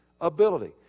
ability